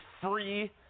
free